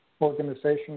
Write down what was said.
organization